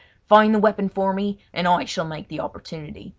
find the weapon for me, and i shall make the opportunity!